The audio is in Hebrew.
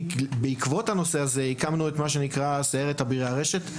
בעקבות הנושא הזה, הקמנו את סיירת אבירי הרשת.